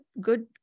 good